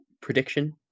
Prediction